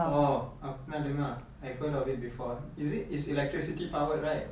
oh pernah dengar I've heard of it before is it is electricity powered right